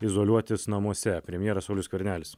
izoliuotis namuose premjeras saulius skvernelis